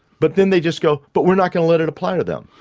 but then they just go but we're not going to let it apply to them.